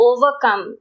Overcome